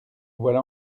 voilà